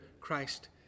Christ